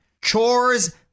Chores